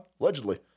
Allegedly